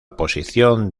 posición